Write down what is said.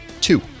two